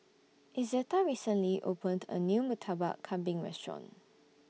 Izetta recently opened A New Murtabak Kambing Restaurant